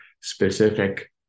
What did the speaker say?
specific